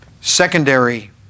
secondary